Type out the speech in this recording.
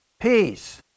peace